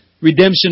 Redemption